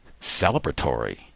celebratory